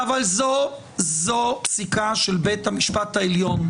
זו פסיקה של בית המשפט העליון.